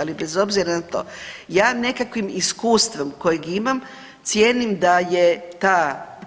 Ali bez obzira na to ja nekakvim iskustvom kojeg imam cijenim da je